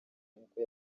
nk’uko